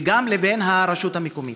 וגם הרשות המקומית.